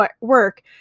work